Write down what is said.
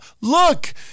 Look